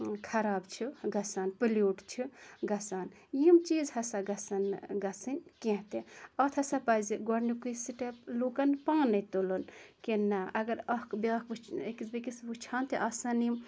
خَراب چھُ گَژھان پلیوٗٹ چھُ گَژھان یِم چیٖز ہَسا گَژھن نہٕ گَژھِنۍ کینٛہہ تہِ اَتھ ہَسا پَزِ گۄڈنِکُے سِٹٮ۪پ لُکَن پانے تُلُن کہِ نہ اَگَر اَکھ بیٛاکھ وٕچھِ أکِس بیٚکِس وٕچھان تہِ آسَن یِم